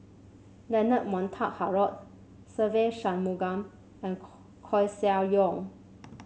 Leonard Montague Harrod Se Ve Shanmugam and Koeh Sia Yong